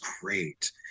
great